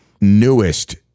newest